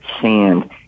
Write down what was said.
sand